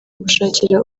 gushakira